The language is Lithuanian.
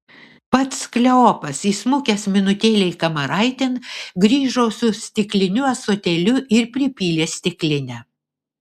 pats kleopas įsmukęs minutėlei kamaraitėn grįžo su stikliniu ąsotėliu ir pripylė stiklinę